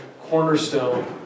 Cornerstone